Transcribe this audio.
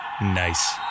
Nice